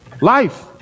life